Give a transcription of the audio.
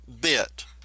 bit